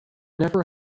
never